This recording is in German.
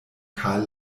karl